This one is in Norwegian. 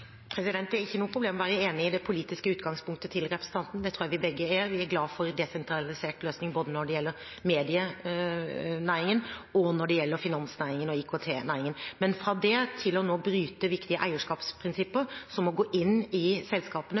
Det er ikke noe problem å være enig i det politiske utgangspunktet til representanten – det tror jeg vi begge er. Vi er glade for en desentralisert løsning både når det gjelder medienæringen, og når det gjelder finansnæringen og IKT-næringen. Men fra det og til nå å bryte viktige eierskapsprinsipper, som å gå inn i selskapene,